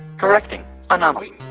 correcting anomaly